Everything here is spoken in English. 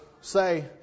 say